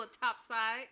Topside